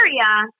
area